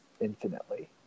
infinitely